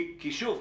כי שוב,